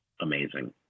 amazing